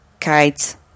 kites